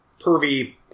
pervy